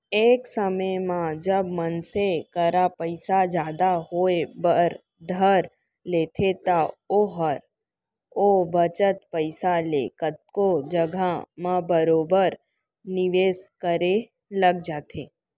एक समे म जब मनसे करा पइसा जादा होय बर धर लेथे त ओहर ओ बचत पइसा ले कतको जघा म बरोबर निवेस करे लग जाथे